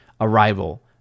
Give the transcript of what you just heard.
arrival